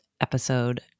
episode